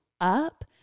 up